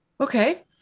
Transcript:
okay